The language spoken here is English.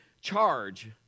charge